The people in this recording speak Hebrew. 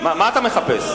מה אתה מחפש?